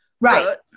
Right